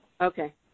Okay